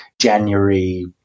January